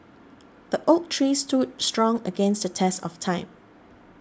the oak tree stood strong against the test of time